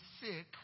sick